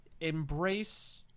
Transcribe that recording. embrace